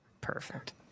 perfect